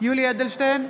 יולי יואל אדלשטיין,